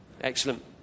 Excellent